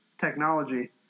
technology